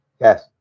Yes